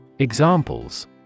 Examples